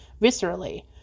viscerally